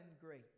great